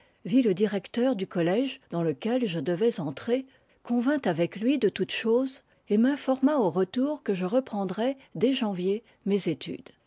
vit le directeur du collège dans lequel je devais entrer convint avec lui de toutes choses et m'informa au retour que je reprendrais dès janvier mes études